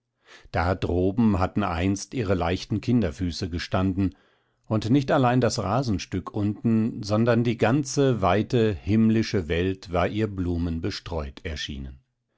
da droben hatten einst ihre leichten kinderfüße gestanden und nicht allein das rasenstück unten sondern die ganze weite himmlische welt war ihr blumenbestreut erschienen